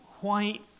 white